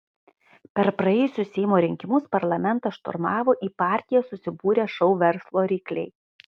per praėjusius seimo rinkimus parlamentą šturmavo į partiją susibūrę šou verslo rykliai